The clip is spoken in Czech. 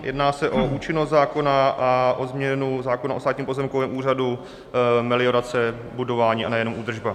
Jedná se o účinnost zákona a o změnu zákona o Státním pozemkovém úřadu, meliorace, budování a nejenom údržba.